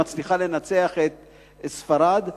שמצליחה לנצח את ספרד,